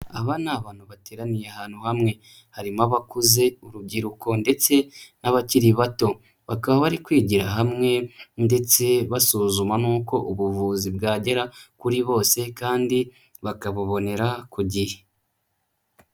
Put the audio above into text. Aba ni abantu bateraniye ahantu hamwe, harimo abakuze, urubyiruko ndetse n'abakiri bato bakaba bari kwigira hamwe ndetse basuzuma n'uko ubuvuzi bwagera kuri bose kandi bakabubonera ku gihe.